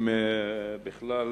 אם בכלל,